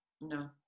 No